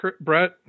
Brett